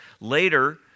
Later